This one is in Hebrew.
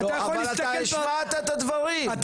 אתה השמעת את הדברים.